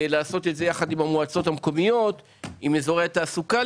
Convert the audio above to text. יחד עם המועצות המקומיות ועם אזורי התעשייה.